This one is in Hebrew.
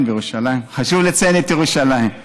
בירושלים.